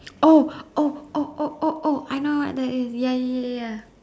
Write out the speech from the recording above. oh oh oh oh oh oh I know what that is ya ya ya ya